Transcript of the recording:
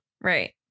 Right